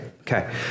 okay